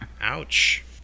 ouch